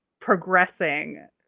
progressing